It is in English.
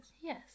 Yes